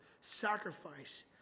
sacrifice